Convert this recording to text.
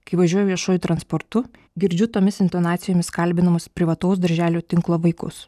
kai važiuoju viešuoju transportu girdžiu tomis intonacijomis kalbinamus privataus darželių tinklo vaikus